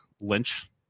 Lynch